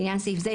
לעניין סעיף זה,